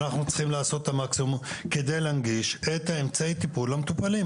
אנחנו צריכים לעשות את המקסימום כדי להנגיש את אמצעי הטיפול למטופלים.